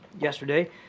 yesterday